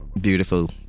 beautiful